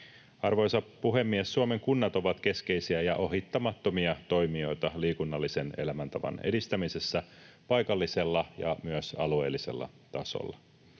Arvoisa puhemies! Suomen kunnat ovat keskeisiä ja ohittamattomia toimijoita liikunnallisen elämäntavan edistämisessä paikallisella ja myös alueellisella tasolla,